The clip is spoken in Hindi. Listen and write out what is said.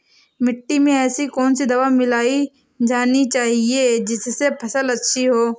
मिट्टी में ऐसी कौन सी दवा मिलाई जानी चाहिए जिससे फसल अच्छी हो?